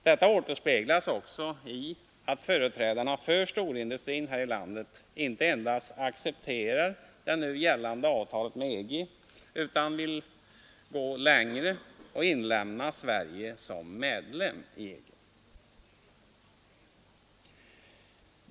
Detta återspeglas också i att företrädarna för storindustrin här i landet inte endast accepterar det nu gällande avtalet med EG, utan vill gå ännu längre och inlemma Sverige som medlem i EG.